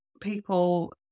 people